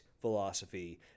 philosophy